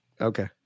Okay